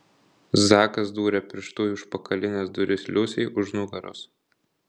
zakas dūrė pirštu į užpakalines duris liusei už nugaros